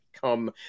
come